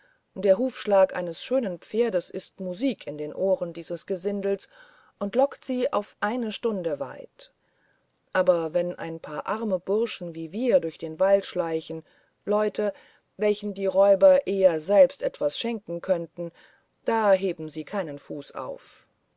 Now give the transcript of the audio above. der hufschlag eines schönen pferdes ist musik in den ohren dieses gesindels und lockt sie auf eine stunde weit aber wenn ein paar arme bursche wie wir durch den wald schleichen leute welchen die räuber eher selbst etwas schenken könnten da heben sie keinen fuß auf